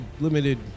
limited